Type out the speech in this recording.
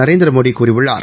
நரேந்திரமோடி கூறியுள்ளார்